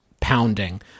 pounding